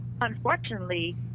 Unfortunately